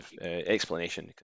explanation